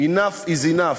enough is enough.